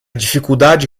dificuldade